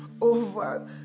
over